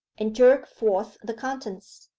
and jerked forth the contents.